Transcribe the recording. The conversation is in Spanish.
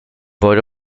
por